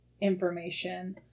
information